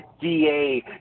DA